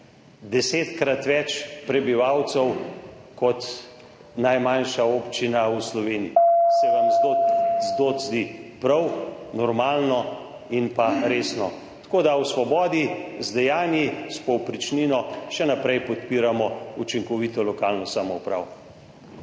desetkrat več prebivalcev kot najmanjša občina v Sloveniji. Se vam to zdi prav, normalno in resno? V Svobodi z dejanji, s povprečnino še naprej podpiramo učinkovito lokalno samoupravo.